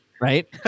right